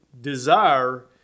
desire